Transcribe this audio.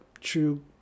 true